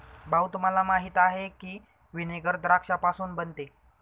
भाऊ, तुम्हाला माहीत आहे की व्हिनेगर द्राक्षापासून बनते